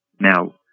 Now